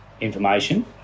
information